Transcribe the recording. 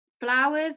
flowers